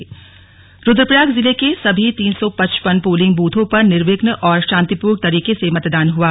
मतदान रुद्रप्रयाग रुद्रप्रयाग जिले के सभी तीन सौ पचपन पोलिंग ब्रथों पर निर्विध्न और शांतिपूर्ण तरीके से मतदान हुआ